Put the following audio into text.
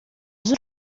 z’u